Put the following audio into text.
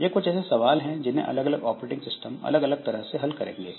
यह कुछ ऐसे सवाल हैं जिन्हें अलग अलग ऑपरेटिंग सिस्टम अलग अलग तरह से हल करेंगे